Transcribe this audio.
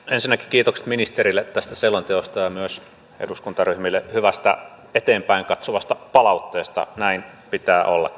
ensinnäkin kiitokset ministerille tästä selonteosta ja myös eduskuntaryhmille hyvästä eteenpäin katsovasta palautteesta näin pitää ollakin